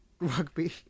Rugby